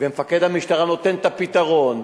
ומפקד המשטרה נותן את הפתרון,